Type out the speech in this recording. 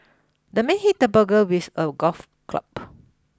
the man hit the burglar with a golf club